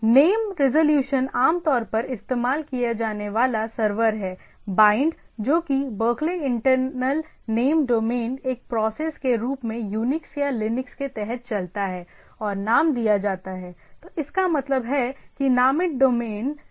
name resolution आमतौर पर इस्तेमाल किया जाने वाला सर्वर है बायएंड जो कि बर्कले इंटरनल नेम डोमेन एक प्रोसेस के रूप में यूनिक्स या लिनक्स के तहत चलता है और नाम दिया जाता है तो इसका मतलब है कि नामित डेमन DNS डेमन है